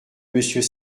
monsieur